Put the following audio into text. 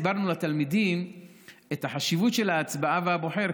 הסברנו לתלמידים את החשיבות של ההצבעה והבוחר,